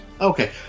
Okay